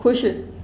खु़शि